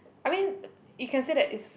I mean uh you can say that is